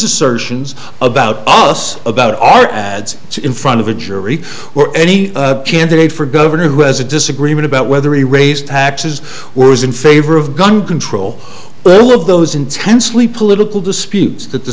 assertions about us about our ads in front of a jury or any candidate for governor who has a disagreement about whether he raised taxes was in favor of gun control but all of those intensely political disputes that the